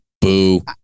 Boo